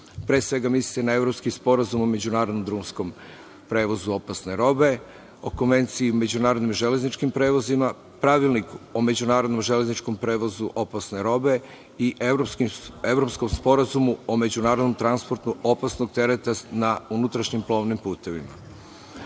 Pre svega, misli se na Evropski sporazum o međunarodnom drumskom prevozu opasne robe, o Konvenciji o međunarodnim železničkim prevozima, Pravilniku o međunarodnom železničkom prevozu opasne robe i Evropskom sporazumu o međunarodnom transportu opasnog tereta na unutrašnjim plovnim putevima. Utvrđeni